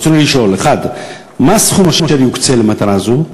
רצוני לשאול: 1. מה הוא הסכום אשר יוקצה למטרה זו?